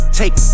take